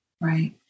Right